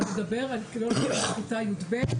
אתה מדבר על --- בכיתה י״ב?